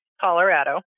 Colorado